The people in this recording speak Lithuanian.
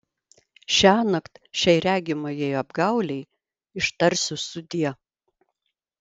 šiąnakt šiai regimajai apgaulei ištarsiu sudie